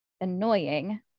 annoying